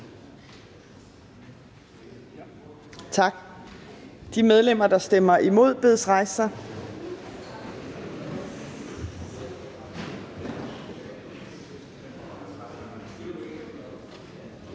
Tak. De medlemmer, der stemmer imod, bedes rejse